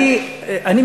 אני אומר לכם,